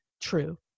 true